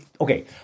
okay